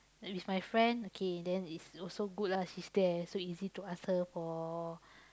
with my friend okay then it's also good lah she's there so easy to ask her for